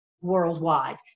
worldwide